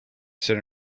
sit